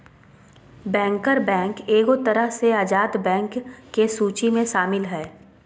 banker bank एगो तरह से आजाद बैंक के सूची मे शामिल हय